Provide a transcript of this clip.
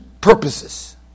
purposes